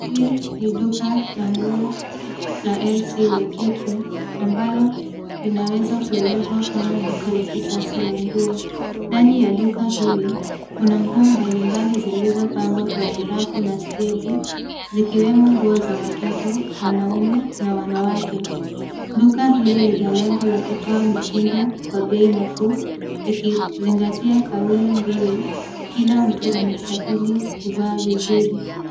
Hili ni duka la nguo la LC Waikiki ambalo linaweza kuelezwa kama duka la kisasa la nguo. Ndani ya duka hili, kuna nguo mbalimbali zilizopangwa kwenye rafu na stendi zikiwemo nguo za watoto, wanaume na wanawake. Duka hili lina lengo la kutoa mitindo kwa bei nafuu likizingatia kaulimbiu kila mtu anastahili kuvaa vizuri.